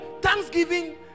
thanksgiving